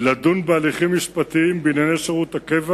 לדון בהליכים משפטיים בענייני שירות הקבע